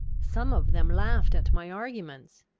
some of them laughed at my arguments,